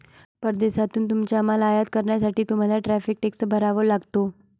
परदेशातून तुमचा माल आयात करण्यासाठी तुम्हाला टॅरिफ टॅक्स भरावा लागतो